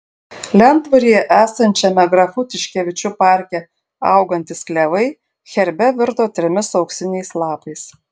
lentvaryje esančiame grafų tiškevičių parke augantys klevai herbe virto trimis auksiniais lapais